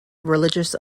religious